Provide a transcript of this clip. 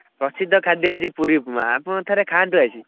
ପ୍ରସିଦ୍ଧ ଖାଦ୍ୟ ହେଉଛି ପୁରୀ ଉପମା ଆପଣ ଥରେ ଖାଆନ୍ତୁ ଆସି